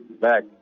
back